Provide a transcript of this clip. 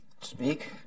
speak